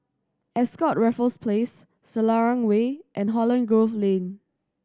Ascott Raffles Place Selarang Way and Holland Grove Lane